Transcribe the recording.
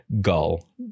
gull